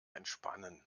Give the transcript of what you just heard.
entspannen